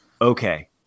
okay